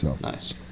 Nice